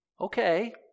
Okay